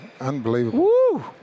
Unbelievable